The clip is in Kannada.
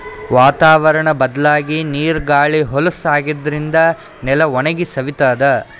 ವಾತಾವರ್ಣ್ ಬದ್ಲಾಗಿ ನೀರ್ ಗಾಳಿ ಹೊಲಸ್ ಆಗಾದ್ರಿನ್ದ ನೆಲ ಒಣಗಿ ಸವಿತದ್